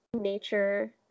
nature